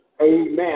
amen